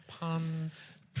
Puns